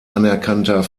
anerkannter